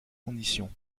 conditions